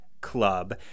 Club